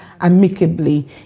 amicably